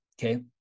Okay